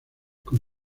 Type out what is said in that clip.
con